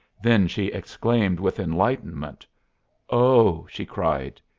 then she exclaimed with enlightenment oh! she cried,